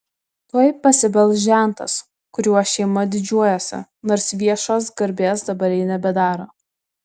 tuoj pasibels žentas kuriuo šeima didžiuojasi nors viešos garbės dabar jai nebedaro